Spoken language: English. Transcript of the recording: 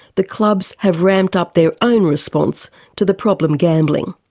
the clubs have ramped up their own response to the problem gambling.